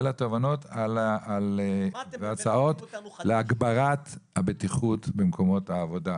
אלא תובנות על ההצעות להגברת הבטיחות במקומות העבודה.